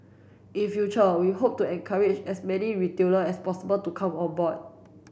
in future we hope to encourage as many retailer as possible to come on board